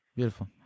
Beautiful